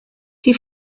die